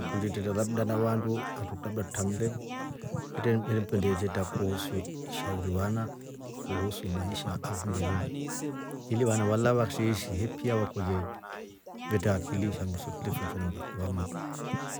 Nkundi itreta labda na vandu andu labda tutramle, kwetre ngependa iteta kuhusu ishauri vana kuhusu maisha hapo mbeleni ili vana valya vasheishi pia, vakolye vetre akili shandu twe tulefundishwa na vasasi vamotru.